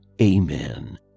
Amen